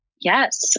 Yes